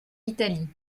italie